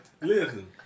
Listen